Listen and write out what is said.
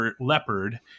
leopard